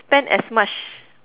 spent as much